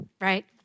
Right